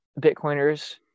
bitcoiners